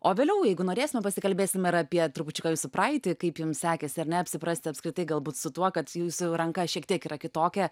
o vėliau jeigu norėsime pasikalbėsim ir apie trupučiuką jūsų praeitį kaip jums sekėsi ar ne apsiprasti apskritai galbūt su tuo kad jūsų ranka šiek tiek yra kitokia